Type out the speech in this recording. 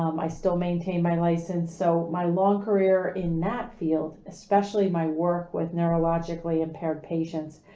um, i still maintain my license. so my long career in that field, especially my work with neurologically impaired patients,